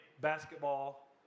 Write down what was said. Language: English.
basketball